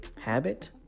Habit